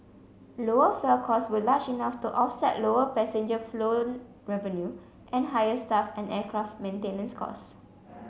lower fuel costs were large enough to offset lower passenger flown revenue and higher staff and aircraft maintenance costs